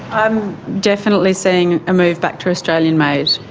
i'm definitely seeing a move back to australian-made.